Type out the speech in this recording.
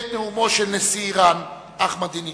בעת נאומו של נשיא אירן אחמדינג'אד.